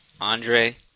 Andre